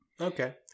Okay